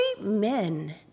men